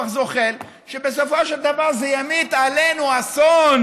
זוחל שבסופו של דבר תמית עלינו אסון,